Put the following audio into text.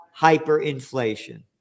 hyperinflation